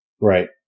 Right